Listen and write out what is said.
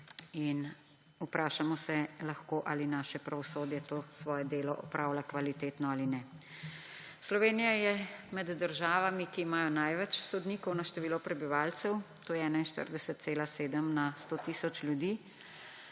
Vprašamo se lahko, ali naše pravosodje to svoje delo opravlja kvalitetno ali ne. Slovenija je med državami, ki imajo največ sodnikov na število prebivalcev, to je 41,7 na 100 tisoč ljudi,